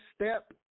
Step